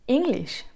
English